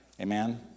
Amen